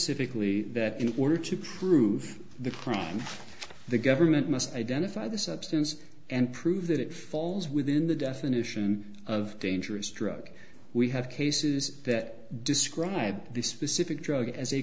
specifically that in order to prove the claim the government must identify the substance and prove that it falls within the definition of dangerous drug we have cases that describe the specific drug as a